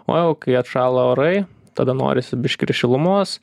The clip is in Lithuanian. o jau kai atšąla orai tada norisi biški ir šilumos